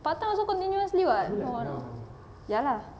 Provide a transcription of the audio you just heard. part time also continuously [what] no ah no ya lah